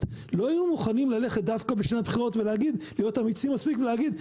לא יהיו מוכנים ללכת דווקא בשנת בחירות להיות אמיצים מספיק ולהגיד,